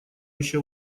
еще